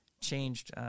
changed